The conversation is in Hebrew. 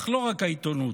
אך לא רק העיתונות,